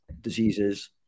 diseases